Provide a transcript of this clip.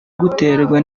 guterwa